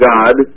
God